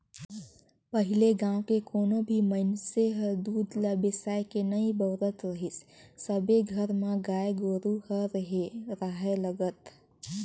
पहिले गाँव के कोनो भी मइनसे हर दूद ल बेसायके नइ बउरत रहीस सबे घर म गाय गोरु ह रेहे राहय लगत